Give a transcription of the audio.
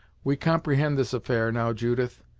we comprehend this affair, now, judith,